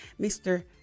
mr